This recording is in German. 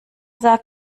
sagt